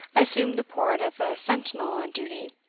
assumed the port of a sentinel on duty,